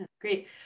Great